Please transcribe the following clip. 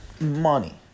money